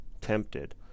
tempted